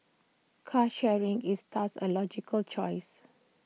car sharing is thus A logical choice